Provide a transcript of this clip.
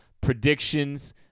Predictions